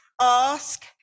ask